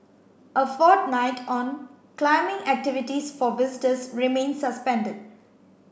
a fortnight on climbing activities for visitors remain suspended